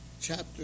chapter